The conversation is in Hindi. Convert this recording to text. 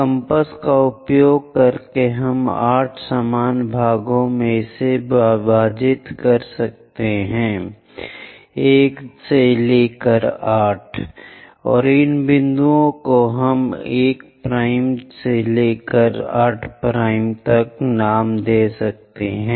कम्पास का उपयोग करें 8 समान विभाजन बनाएं 1 2 3 4 5 6 वां 7 वां और 8 इन बिंदुओं को नाम दें 1 2 3 4 5 6 7 8